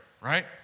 right